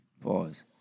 Pause